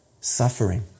suffering